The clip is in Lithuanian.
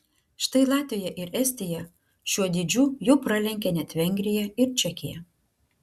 štai latvija ir estija šiuo dydžiu jau pralenkė net vengriją ir čekiją